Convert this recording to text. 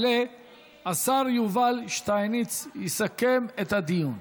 יעלה השר יובל שטייניץ ויסכם את הדיון.